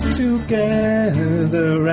together